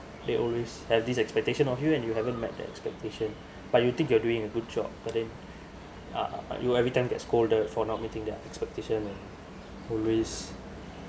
they always have this expectation of you and you haven't met that expectation but you think you're doing a good job but then uh you everytime get scolded for not meeting their expectation and always